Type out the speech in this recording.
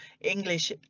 English